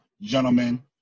gentlemen